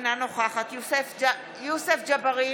אינה נוכחת יוסף ג'בארין,